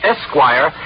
Esquire